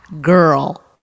girl